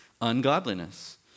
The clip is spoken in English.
Ungodliness